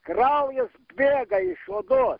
kraujas bėga iš odos